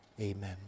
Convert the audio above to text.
Amen